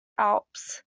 alps